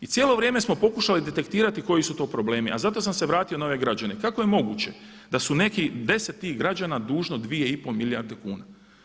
I cijelo vrijeme smo pokušali detektirati koji su to problemi a zato sam se vratio na ove građane, kako je moguće da su neki, 10 tih građana dužno 2,5 milijarde kuna?